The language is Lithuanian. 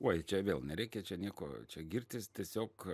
oi čia vėl nereikia čia nieko čia girtis tiesiog